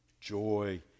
joy